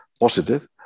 positive